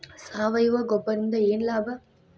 ಸಾವಯವ ಗೊಬ್ಬರದಿಂದ ಏನ್ ಲಾಭ?